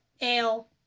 ale